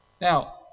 Now